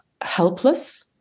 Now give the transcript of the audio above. helpless